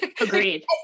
Agreed